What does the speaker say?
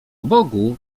bogu